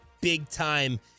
big-time